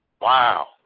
Wow